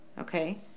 Okay